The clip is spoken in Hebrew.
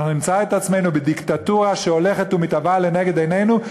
אנחנו נמצא עצמנו בדיקטטורה שהולכת ומתהווה לנגד עינינו,